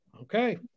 Okay